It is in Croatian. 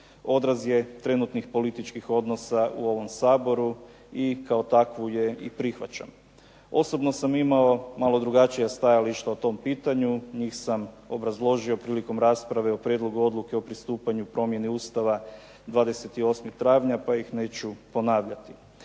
odraz je trenutnih političkih odnosa u ovom Saboru i kao takvu je i prihvaća. Osobno sam imao malo drugačija stajališta o tom pitanju. Njih sam obrazložio prilikom rasprave o prijedlogu odluke o pristupanju promjeni Ustava 28. travnja pa ih neću ponavljati.